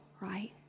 right